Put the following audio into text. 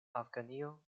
afganio